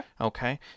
okay